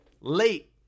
late